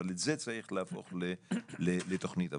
צריך להפוך את זה לתוכנית עבודה.